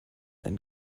ein